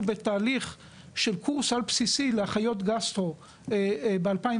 בתהליך של קורס על בסיסי לאחיות גסטרו ב-2015,